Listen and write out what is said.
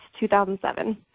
2007